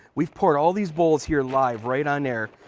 we've powered all these bowls here live right on air.